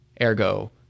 Ergo